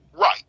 Right